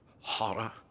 horror